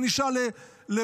בין אישה לבעלה,